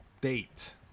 date